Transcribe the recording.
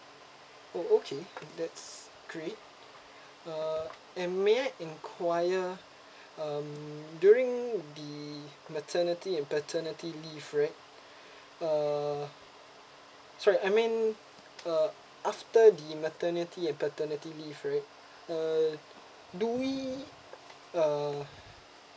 oh okay that's great uh and may I enquire um during when the maternity and paternity leave right uh sorry I mean uh after the maternity and paternity leave right uh do we uh